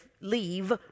leave